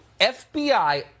FBI